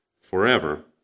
forever